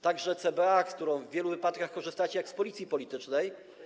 Także CBA, z której w wielu wypadkach korzystacie jak z policji politycznej.